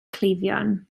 cleifion